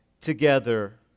together